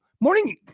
Morning